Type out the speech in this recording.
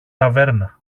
ταβέρνα